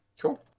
cool